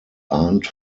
arndt